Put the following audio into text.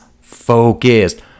focused